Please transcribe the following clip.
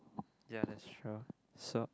ya lecture so